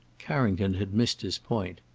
carrington had missed his point.